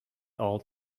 all